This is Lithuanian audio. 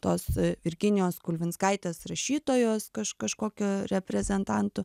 tos virginijos kulvinskaitės rašytojos kaž kažkokiu reprezentantu